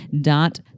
dot